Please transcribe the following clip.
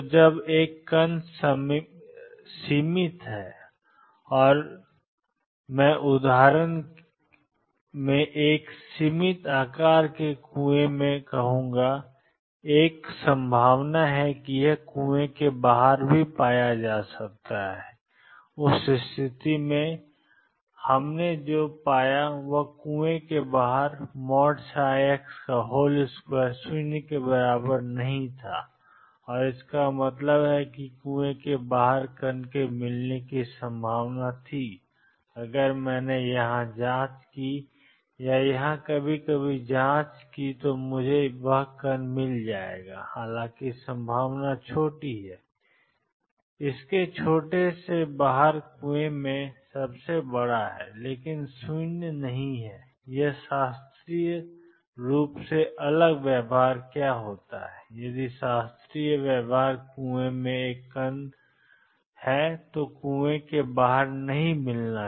तो जब एक कण सीमित है और मैं सीमित हूं मैं उद्धरणों में एक सीमित आकार के कुएं में कहूंगा एक संभावना है कि यह कुएं के बाहर पाया जाता है उस स्थिति में हमने जो पाया वह कुएं के बाहर x2≠0 है और इसका मतलब है कि कुएं के बाहर कण मिलने की संभावना थी अगर मैंने यहां जांच की या यहां कभी कभी जांच की तो मुझे वह कण मिल जाएगा हालांकि संभावना छोटी है इसके छोटे से बाहर कुएं में सबसे बड़ा है लेकिन शून्य नहीं यह शास्त्रीय से अलग है व्यवहार क्या होता है यदि शास्त्रीय व्यवहार कुएं में एक कण है तो कुएं के बाहर कभी नहीं मिलेगा